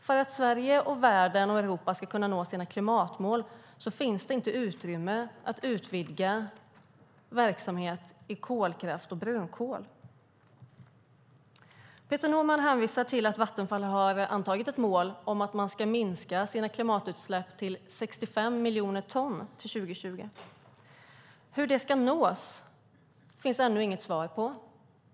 För att Sverige, Europa och världen ska kunna nå sina klimatmål finns det inte utrymme att utvidga verksamhet i fråga om kolkraft och brunkol. Peter Norman hänvisar till att Vattenfall har antagit ett mål om att man ska minska sina klimatutsläpp till 65 miljoner ton till 2020. Hur det ska nås finns det ännu inget svar på.